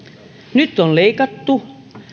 nyt on leikattu